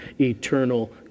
eternal